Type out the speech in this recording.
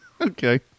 Okay